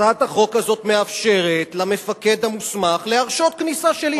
הצעת החוק הזאת מאפשרת למפקד המוסמך להרשות כניסה של איש דת.